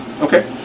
Okay